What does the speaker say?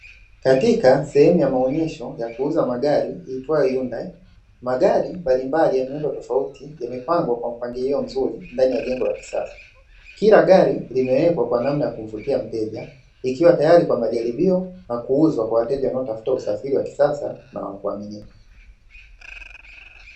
Katika sehemu ya maonyesho ya kuuza magari iutwayo “Hyundai”, magari mbalimbali ya miundo tofauti yamepangwa kwa mpangilio mzuri ndani ya jengo la kisasa. Kila gari limewekwa kwa namna ya kumvutia mteja, likiwa tayari kwa majaribio na kuzwa kwa wateja wanaotafuta usafiri wa kisasa na wa kuaminika.